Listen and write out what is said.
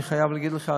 אני חייב להגיד לך,